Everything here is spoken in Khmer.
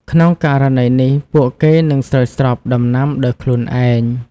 ក្នុងករណីនេះ ពួកគេនឹងស្រោចស្រពដំណាំដោយខ្លួនឯង។